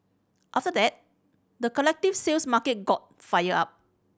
after that the collective sales market got fired up